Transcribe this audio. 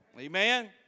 Amen